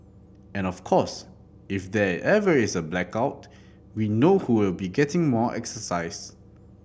and of course if there ever is a blackout we know who will be getting more exercise